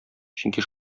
чөнки